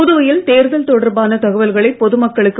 புதுவையில் தேர்தல் தொடர்பான தகவல்களை பொதுமக்களுக்கு